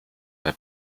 bei